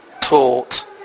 taught